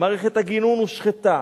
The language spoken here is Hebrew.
מערכת הגינון הושחתה.